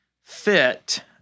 fit